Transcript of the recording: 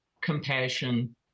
compassion